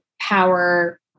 power